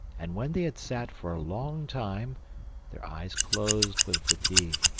and when they had sat for a long time their eyes closed with fatigue,